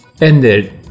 ended